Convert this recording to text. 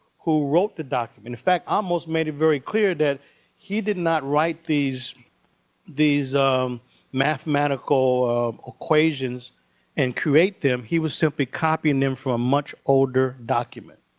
who wrote the document. in fact, ahmose made it very clear that he did not write these these mathematical equations and create them. he was simply copying them for a much older document.